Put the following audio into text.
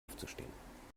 aufzustehen